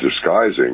disguising